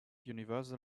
universal